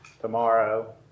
tomorrow